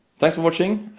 thanks for watching.